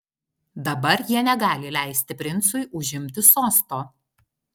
dabar jie negali leisti princui užimti sosto